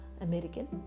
American